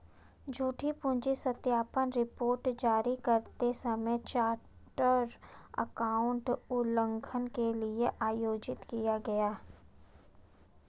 झूठी पूंजी सत्यापन रिपोर्ट जारी करते समय चार्टर्ड एकाउंटेंट उल्लंघन के लिए आयोजित किया गया